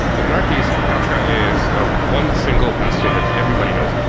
but in our case, kafka is a one single bastion that everybody knows.